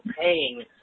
paying